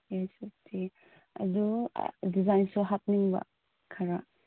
eight fifty ꯑꯗꯨ ꯗꯤꯖꯥꯏꯟꯁꯨ ꯍꯥꯞꯅꯤꯡꯕ ꯈꯔ